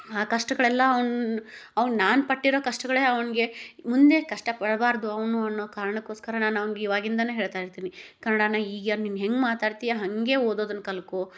ಆ ಕಷ್ಟಗಳೆಲ್ಲಾ ಅವ್ನು ಅವ್ನು ನಾನು ಪಟ್ಟಿರೋ ಕಷ್ಟಗಳೇ ಅವನ್ಗೆ ಮುಂದೆ ಕಷ್ಟಪಡ್ಬಾರದು ಅವನು ಅನ್ನೋ ಕಾರಣಕ್ಕೋಸ್ಕರ ನಾನು ಅವನ್ಗೆ ಇವಾಗಿಂದನೇ ಹೇಳ್ತಾ ಇರ್ತೀನಿ ಕನ್ನಡಾನ ಈಗ ನೀನು ಹೆಂಗೆ ಮಾತಾಡ್ತೀಯ ಹಾಗೇ ಓದೋದನ್ನ ಕಲ್ಕೋ